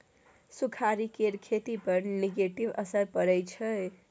सुखाड़ि केर खेती पर नेगेटिव असर परय छै